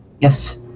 Yes